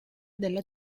della